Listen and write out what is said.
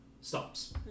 stops